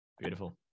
Beautiful